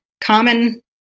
common